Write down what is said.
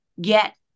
get